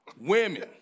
Women